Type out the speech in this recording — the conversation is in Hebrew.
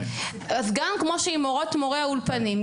גם כמו שמורות ומורי האולפנים,